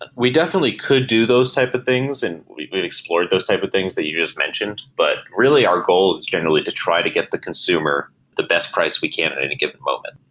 but we definitely could do those type of things and explore those type of things that you just mentioned. but really our goal is generally to try to get the consumer the best price we can at any given moment.